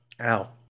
Ow